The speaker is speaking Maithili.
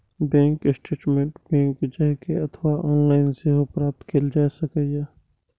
बैंक स्टेटमैंट बैंक जाए के अथवा ऑनलाइन सेहो प्राप्त कैल जा सकैए